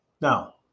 Now